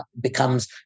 becomes